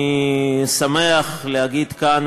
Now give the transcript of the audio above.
אני שמח להגיד כאן,